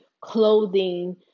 clothing